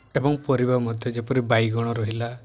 ଏବଂ ପାରିବା ମଧ୍ୟ ଯେପରି ବାଇଗଣ ରହିଲା